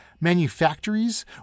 manufactories